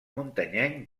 muntanyenc